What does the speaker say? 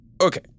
Okay